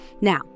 now